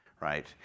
right